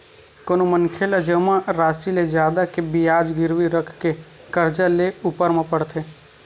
कोनो मनखे ला जमा रासि ले जादा के बियाज गिरवी रखके करजा लेय ऊपर म पड़थे